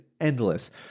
endless